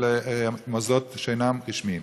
מוסדות שאינם רשמיים.